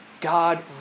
God